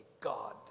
god